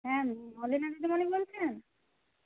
হ্যাঁ দিদিমনি বলছেন